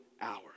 hours